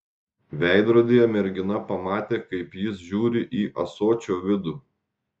veidrodyje mergina pamatė kaip jis žiūri į ąsočio vidų